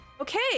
Okay